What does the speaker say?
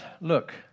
look